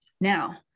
now